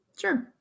sure